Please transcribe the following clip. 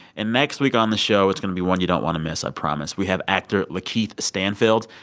and next week on the show, it's going to be one you don't want to miss. i promise. we have actor lakeith stanfield.